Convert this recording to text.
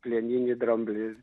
plieninį dramblį